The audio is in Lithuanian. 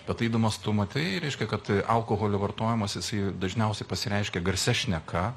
bet eidamas tu matai reiškia kad alkoholio vartojimas jisai dažniausiai pasireiškia garsia šneka